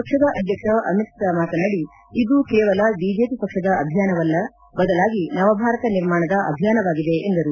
ಪಕ್ಷದ ಅಧ್ಯಕ್ಷ ಶಾ ಮಾತನಾಡಿ ಇದು ಕೇವಲ ಬಿಜೆಪಿ ಪಕ್ಷದ ಅಭಿಯಾನವಲ್ಲ ಬದಲಾಗಿ ನವಭಾರತ ನಿರ್ಮಾಣದ ಅಭಿಯಾನವಾಗಿದೆ ಎಂದರು